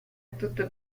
tutto